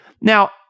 Now